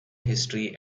history